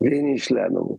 vieni iš lemiamų